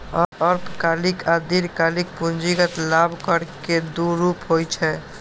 अल्पकालिक आ दीर्घकालिक पूंजीगत लाभ कर के दू रूप होइ छै